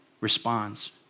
responds